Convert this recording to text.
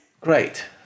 Great